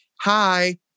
hi